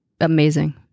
amazing